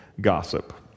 gossip